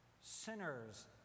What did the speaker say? sinners